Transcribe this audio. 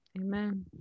Amen